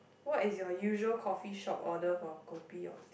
what is your usual coffee shop order for kopi or teh